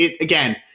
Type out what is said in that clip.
again